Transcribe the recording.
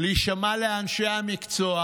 להישמע לאנשי המקצוע.